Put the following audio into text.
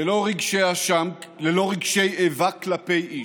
ללא רגשי אשם, ללא רגשי איבה כלפי איש,